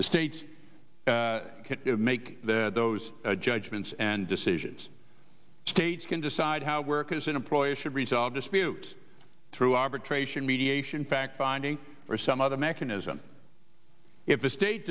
the states make those judgments and decisions states can decide how workers and employers should resolve disputes through arbitration mediation fact finding or some other mechanism if the state